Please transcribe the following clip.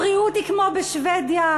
הבריאות היא כמו בשבדיה?